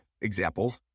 example